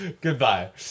Goodbye